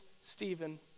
Stephen